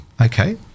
okay